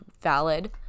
valid